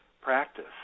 practice